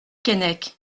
keinec